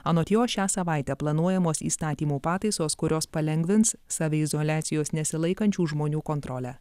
anot jo šią savaitę planuojamos įstatymų pataisos kurios palengvins saviizoliacijos nesilaikančių žmonių kontrolę